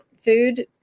food